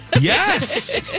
Yes